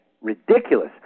Ridiculous